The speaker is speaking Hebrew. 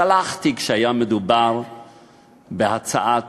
סלחתי כשהיה מדובר בהצעת